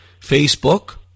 Facebook